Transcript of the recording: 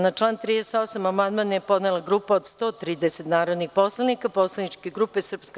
Na član 38. amandman je podnela grupa od 130 narodnih poslanika poslaničke grupe SNS.